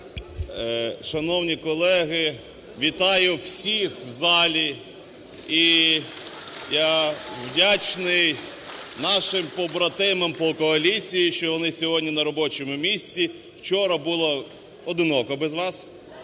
Шановні колеги, вітаю всіх в залі! І я вдячний нашим побратимам по коаліції, що вони сьогодні на робочому місці, вчора було одиноко без вас.